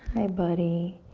hi buddy.